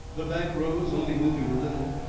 the back rows only moving a little,